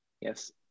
Yes